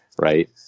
right